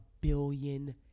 billion